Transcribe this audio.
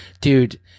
dude